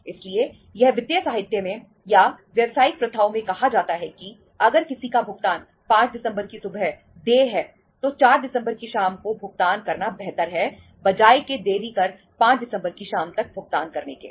इसलिए यह वित्तीय साहित्य में या व्यवसायिक प्रथाओं में कहा जाता है कि अगर किसी का भुगतान 5 दिसंबर की सुबह देय है तो 4 दिसंबर की शाम को भुगतान करना बेहतर है बजाय के देरी कर 5 दिसंबर की शाम तक भुगतान करने के